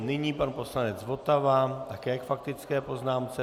Nyní pan poslanec Votava také k faktické poznámce.